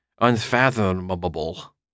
unfathomable